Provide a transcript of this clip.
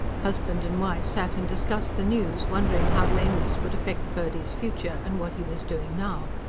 husband and wife sat and discussed the news, wondered how lameness would affect purdy's future and what he was doing now,